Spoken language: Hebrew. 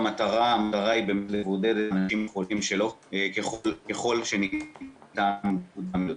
--- המטרה היא באמת לבודד אנשים חולים ככל שניתן מוקדם יותר.